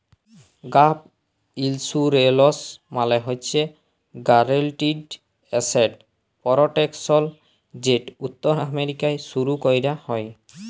gap insurance মালে হছে guaranteed asset protection যেট উত্তর আমেরিকায় শুরু ক্যরা হ্যয়